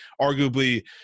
arguably